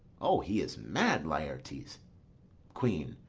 o, he is mad, laertes. queen.